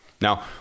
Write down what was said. Now